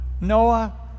Noah